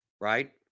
right